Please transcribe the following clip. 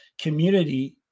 Community